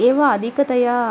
एव अधिकतया